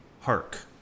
Hark